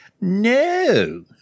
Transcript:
No